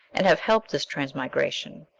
and have helped this transmigration,